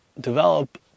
develop